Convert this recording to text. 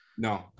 No